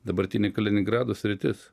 dabartinė kaliningrado sritis